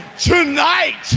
tonight